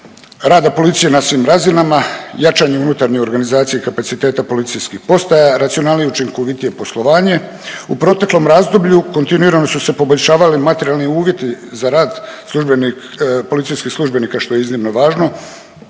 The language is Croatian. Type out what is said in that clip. rada policije na svim razinama, jačanje unutarnje organizacije i kapaciteta policijskih postava, racionalnije i učinkovitije poslovanje. U proteklom razdoblju kontinuirano su se poboljšavali materijalni uvjeti za rad policijskih službenika što je iznimno važno.